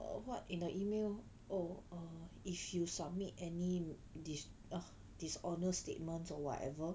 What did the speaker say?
what in the email oh err if you submit any dis~ err dishonest statements or whatever